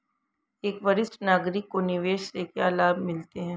एक वरिष्ठ नागरिक को निवेश से क्या लाभ मिलते हैं?